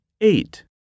Eight